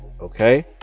Okay